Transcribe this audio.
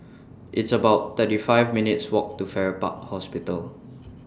It's about thirty five minutes' Walk to Farrer Park Hospital